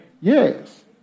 Yes